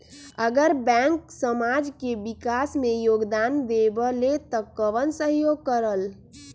अगर बैंक समाज के विकास मे योगदान देबले त कबन सहयोग करल?